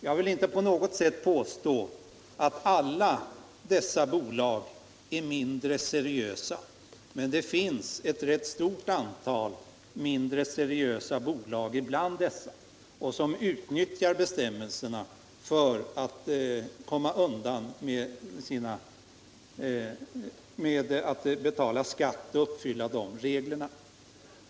Jag vill inte påstå att alla de bolagen är mindre seriösa, men det finns ett ganska stort antal mindre seriösa bolag bland dem som utnyttjar bestämmelserna för att komma undan skatt och som inte uppfyller reglerna.